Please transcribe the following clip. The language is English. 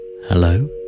hello